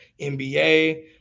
NBA